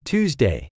Tuesday